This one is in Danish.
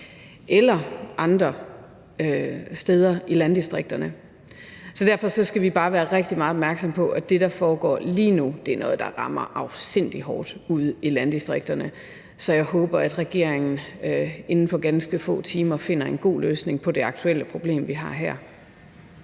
eller andre steder i landdistrikterne? Derfor skal vi bare være meget opmærksomme på, at det, der foregår lige nu, er noget, der rammer afsindig hårdt ude i landdistrikterne, så jeg håber, at regeringen inden for ganske få timer finder en god løsning på det problem, vi aktuelt